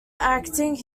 acting